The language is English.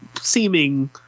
seeming